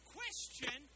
question